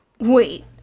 Wait